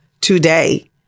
today